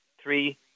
three